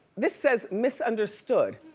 this says misunderstood.